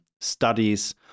studies